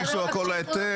תכניסו את הכל להיתר.